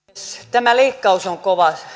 tämä leikkaus on kova